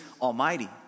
almighty